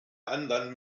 anderen